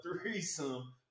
threesome